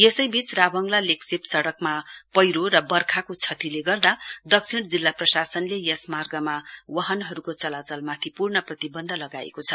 यसैबीच राभङला लेग्शिप सइकमा पैह्रो र वर्खाको क्षतिले गर्दा दक्षिण जिल्ला प्रशासनले यस मार्गमा वाहनहरुको चलाचलमाथि पूर्व प्रतिबन्ध लगाएको छ